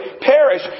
perish